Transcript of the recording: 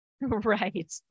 Right